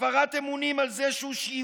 הפרת אמונים על זה שייבש